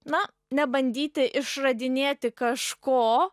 na nebandyti išradinėti kažko